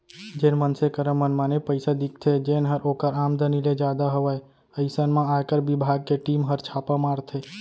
जेन मनसे करा मनमाने पइसा दिखथे जेनहर ओकर आमदनी ले जादा हवय अइसन म आयकर बिभाग के टीम हर छापा मारथे